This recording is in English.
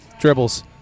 dribbles